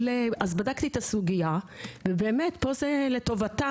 בדקתי את הסוגיה, ובאמת פה זה לטובתם.